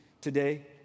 today